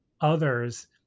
others